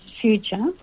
future